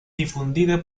difundida